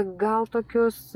gal tokius